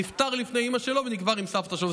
נפטר לפני אימא שלו ונקבר עם סבתא שלו.